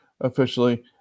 officially